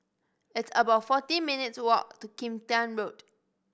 it's about forty minutes' walk to Kim Tian Road